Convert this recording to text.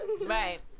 right